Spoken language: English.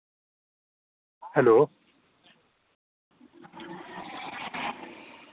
hello